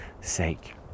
sake